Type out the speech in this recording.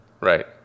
Right